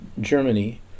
Germany